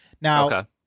Now